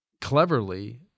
cleverly